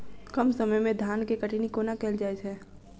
कम समय मे धान केँ कटनी कोना कैल जाय छै?